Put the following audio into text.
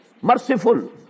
merciful